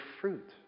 fruit